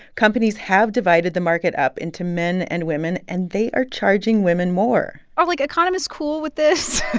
companies have divided the market up into men and women, and they are charging women more are, like, economists cool with this?